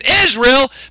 Israel